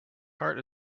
heart